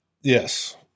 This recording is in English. Yes